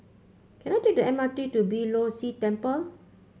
can I take the M R T to Beeh Low See Temple